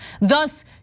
thus